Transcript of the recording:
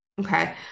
Okay